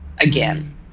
again